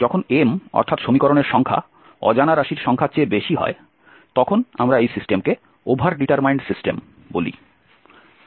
যখন m অর্থাৎ সমীকরণের সংখ্যা অজানা রাশির সংখ্যার চেয়ে বেশি হয় তখন আমরা এই সিস্টেমকে ওভার ডিটারমাইন্ড সিস্টেম বলি